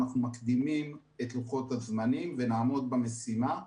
אנחנו מקדימים את לוחות הזמנים ונעמוד במשימה,